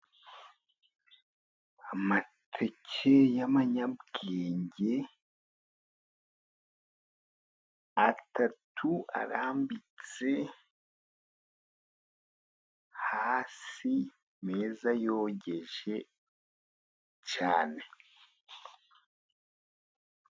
Amateke y'amanyabwenge atatu arambitse hasi meza yogeje cyane.